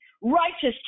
Righteous